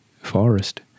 forest